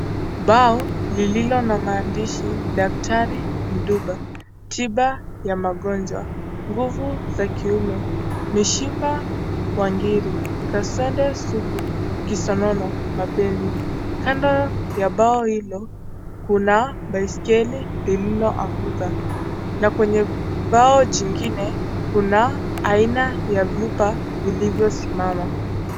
Bao lililo na maandishi daktari Mduba , tiba ya magongwa , nguvu za kiume , mishipa wa ngiri , kaswende sugu , kisonono , mapenzi. Kando ya bao hilo kuna baiskeli lililoanguka na kwenye bao jingine kuna aina ya vyupa vilivyosimama.